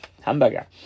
Hamburger